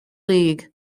league